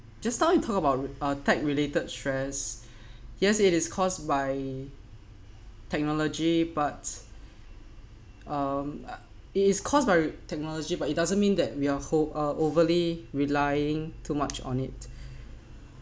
just now you talk about are tech related stress yes it is caused by technology but um it is caused by technology but it doesn't mean that we're whol~ uh overly relying too much on it